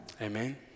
Amen